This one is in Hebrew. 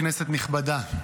כנסת נכבדה,